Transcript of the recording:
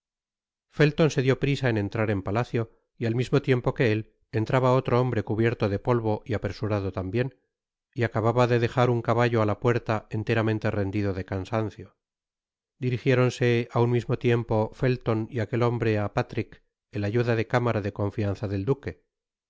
felton se dió prisa en entrar en palacio y al mismo tiempo que él entraba otro hombre cubier o de polvo y apresurado tambien y acababa de dejar un caballo á la puerta enteramente rendido de cansancio dirigiéronse áun mismo tiempo felton y aquel hombre á patrick el ayuda de cámara de confianza del duque